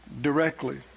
directly